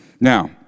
Now